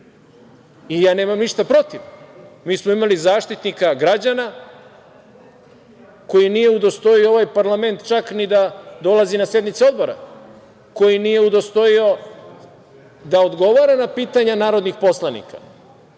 i ja nemam ništa protiv. Mi smo imali Zaštitnika građana koji nije udostojio ovaj parlament čak ni da dolazi na sednice Odbora, koji nije udostojio da odgovara na pitanja narodnih poslanika.